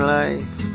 life